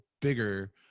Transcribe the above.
bigger